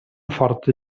forta